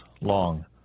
long